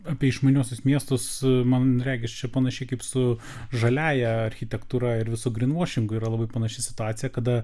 apie išmaniuosius miestus man regis čia panašiai kaip su žaliąja architektūra ir visų grynvuošingu yra labai panaši situacija kada